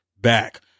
back